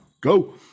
Go